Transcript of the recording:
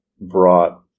brought